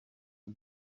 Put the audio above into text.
the